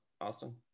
austin